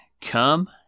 Come